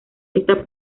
esta